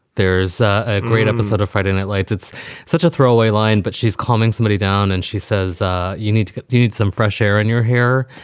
there's a great episode of friday night lights. it's such a throwaway line, but she's calming somebody down and she says you need to get needs some fresh air in your hair.